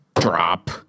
drop